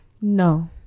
no